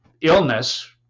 illness